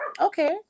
okay